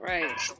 Right